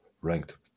ranked